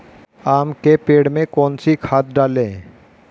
आम के पेड़ में कौन सी खाद डालें?